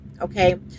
okay